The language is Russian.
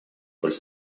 роль